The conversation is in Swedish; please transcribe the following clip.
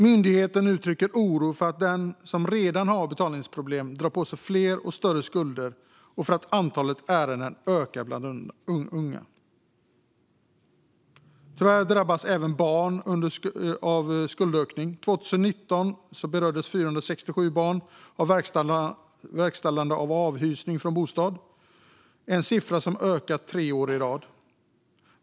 Myndigheten uttrycker oro för att de som redan har betalningsproblem drar på sig fler och större skulder och för att antalet ärenden ökar bland unga. Tyvärr drabbas även barn av skuldökningen. År 2019 berördes 467 barn av verkställda avhysningar från bostäder, en siffra som ökat tre år i rad.